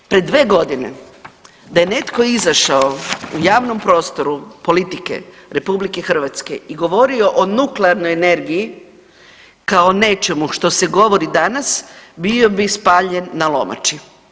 Prije 2 godine da je netko izašao u javnom prostoru politike RH i govorio nuklearnoj energiji kao nečemu što se govori danas bio bi spaljen na lomači.